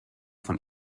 von